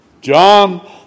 John